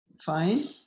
fine